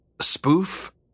spoof